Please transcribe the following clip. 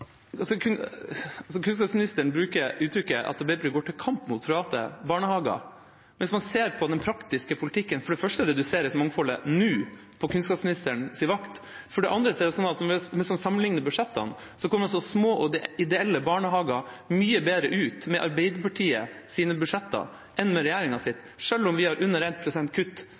Kunnskapsministeren bruker uttrykket at Arbeiderpartiet går til «kamp mot» private barnehager. Men hvis man ser på den praktiske politikken, reduseres for det første mangfoldet nå, på kunnskapsministerens vakt. For det andre: Hvis man sammenligner budsjettene, kommer små og ideelle barnehager mye bedre ut med Arbeiderpartiets budsjetter enn med regjeringas. Selv om vi har under 1 pst. kutt